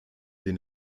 den